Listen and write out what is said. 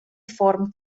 form